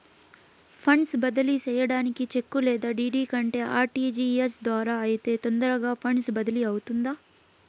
funds బదిలీ సేయడానికి cheque లేదా డీ.డీ కంటే ఆర్.టి.జి.ఎస్ ద్వారా అయితే తొందరగా ఫండ్స్ బదిలీ అవుతుందా